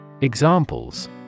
Examples